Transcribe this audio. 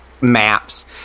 maps